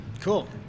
Cool